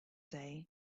day